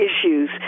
issues